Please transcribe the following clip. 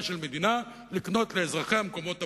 של מדינה לקנות לאזרחיה מקומות עבודה.